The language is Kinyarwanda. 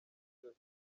byose